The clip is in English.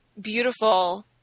beautiful